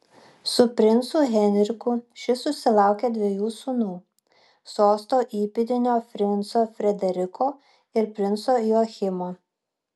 su princu henriku ši susilaukė dviejų sūnų sosto įpėdinio princo frederiko ir princo joachimo